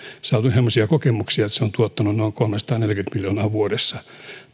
saatu semmoisia kokemuksia että se on tuottanut yhteiskunnalle noin kolmesataaneljäkymmentä miljoonaa vuodessa